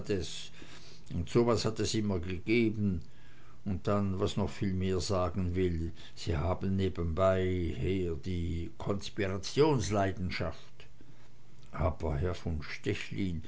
so was hat es immer gegeben und dann was noch viel mehr sagen will sie haben nebenher die konspirationsleidenschaft aber herr von stechlin